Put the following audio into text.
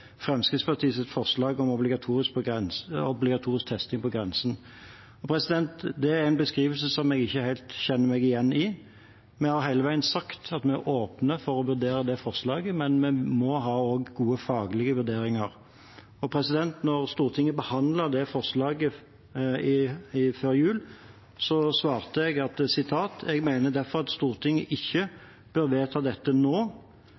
er en beskrivelse jeg ikke helt kjenner meg igjen i. Vi har hele veien sagt at vi er åpne for å vurdere det forslaget, men vi må også ha gode faglige vurderinger. Da Stortinget behandlet det forslaget før jul, svarte jeg: «Jeg mener derfor at Stortinget ikke bør vedta dette nå.